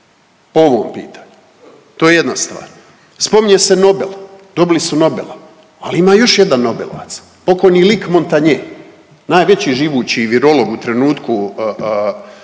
po ovom pitanju. To je jedna stvar. Spominje se Nobel, dobili su Nobela. Ali ima još jedan Nobelovac pokojni lik Montagnier najveći živući virolog u trenutku